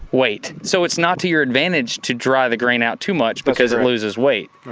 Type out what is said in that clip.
weight. so it's not to your advantage to dry the grain out too much because it loses weight.